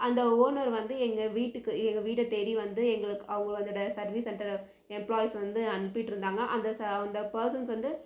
அந்த ஓனர் வந்து எங்கள் வீட்டுக்கு எங்கள் வீடைத் தேடி வந்து எங்களுக்கு அவங்க அதோடய சர்வீஸ் சென்ட்டரு எம்ப்ளாயீஸ் வந்து அனுப்பிட்டிருந்தாங்க அந்த ச அந்த பெர்ஸன்ஸ் வந்து